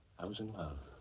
i was in love.